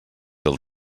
del